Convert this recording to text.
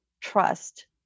trust